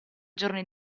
giorni